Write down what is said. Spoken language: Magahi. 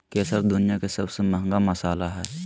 केसर दुनिया के सबसे महंगा मसाला हइ